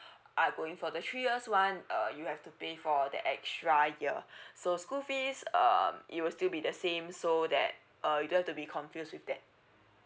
are going for the three years one uh you have to pay for that extra year so school fee um it will still be the same so that uh you don't have to be confused with that